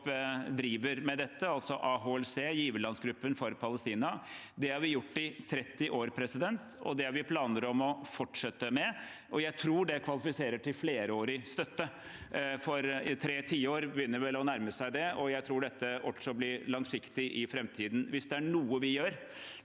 driver med nettopp dette, altså AHLC, giverlandsgruppen for Palestina. Det har vi gjort i 30 år, og det har vi planer om å fortsette med. Jeg tror det kvalifiserer til flerårig støtte, for tre tiår begynner vel å nærme seg det, og jeg tror det også blir langsiktig i framtiden. Hvis det er noe vi gjør,